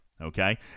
okay